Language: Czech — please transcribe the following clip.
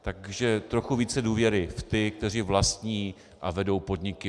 Takže trošku více důvěry v ty, kteří vlastní a vedou podniky.